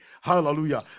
hallelujah